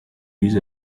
with